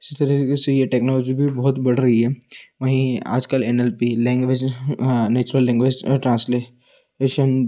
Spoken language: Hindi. इसी तरीके से यह टेक्नोलॉजी भी बहुत बढ़ रई है वहीं आजकल N L P language natural language ट्रांसले शन